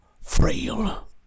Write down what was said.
frail